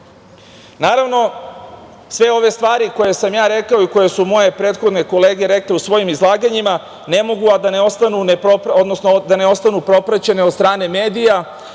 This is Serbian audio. zdravijim. Sve ove stvari koje sam ja rekao i koje su moje prethodne kolege rekle u svojom izlaganjima ne mogu a da ne ostanu propraćene od strane medija